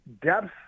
depth